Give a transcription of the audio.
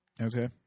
Okay